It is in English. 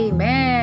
Amen